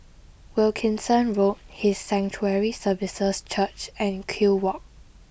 Wilkinson Road His Sanctuary Services Church and Kew Walk